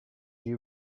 you